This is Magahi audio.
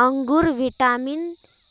अंगूर विटामिन